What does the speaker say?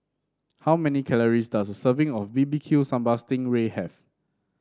how many calories does a serving of B B Q Sambal Sting Ray have